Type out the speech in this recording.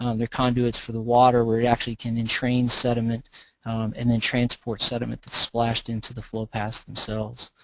um they're conduits for the water where it actually can entrain sediment and then transport sediment that's splashed into the flow paths themselves.